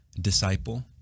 disciple